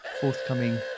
forthcoming